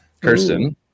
Kirsten